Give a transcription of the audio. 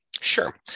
Sure